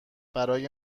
برای